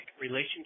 relationship